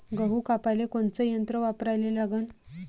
गहू कापाले कोनचं यंत्र वापराले लागन?